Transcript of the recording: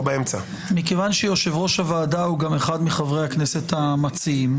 מכיוון שיושב-אש הוועדה הוא גם אחד מחברי הכנסת המציעים,